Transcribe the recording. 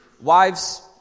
wives